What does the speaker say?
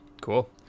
Cool